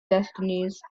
destinies